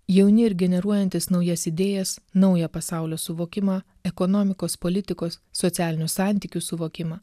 jauni ir generuojantys naujas idėjas naują pasaulio suvokimą ekonomikos politikos socialinių santykių suvokimą